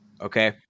Okay